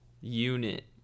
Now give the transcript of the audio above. unit